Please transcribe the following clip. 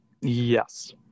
Yes